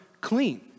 Clean